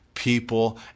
people